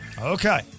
Okay